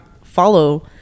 follow